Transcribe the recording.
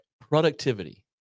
Productivity